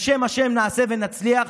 בשם השם נעשה ונצליח.